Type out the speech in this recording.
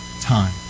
Time